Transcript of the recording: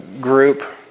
Group